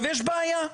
יש בעיה,